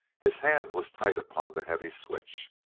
his hand was tight upon the heavy switch.